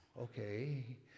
okay